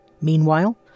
Meanwhile